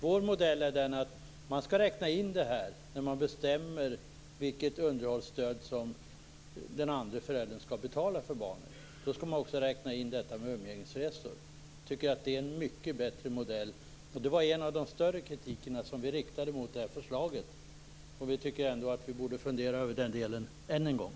Vår modell är att man skall räkna in det här när man bestämmer vilket underhållsstöd som den andre föräldern skall betala för barnet. Då skall man också räkna in detta med umgängesresor. Jag tycker att det är en mycket bättre modell. Det var en av de mer kritiska synpunkter vi riktade mot det här förslaget. Vi tycker nog ändå att man borde fundera över den delen än en gång.